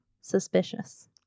Suspicious